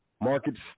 markets